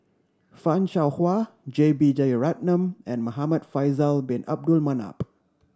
Fan Shao Hua J B Jeyaretnam and Muhamad Faisal Bin Abdul Manap